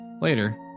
Later